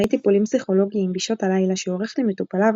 טיפולים פסיכולוגיים בשעות הלילה שעורך למטופליו